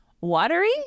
watery